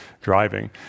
driving